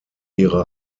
ihre